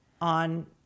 on